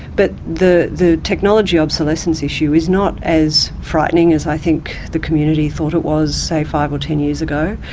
but the the technology obsolescence issue is not as frightening as i think the community thought it was, say, five or ten years ago.